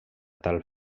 tal